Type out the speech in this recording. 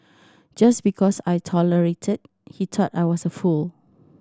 just because I tolerated he thought I was a fool